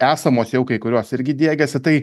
esamos jau kai kurios irgi diegiasi tai